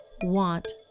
want